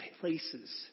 places